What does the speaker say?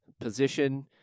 position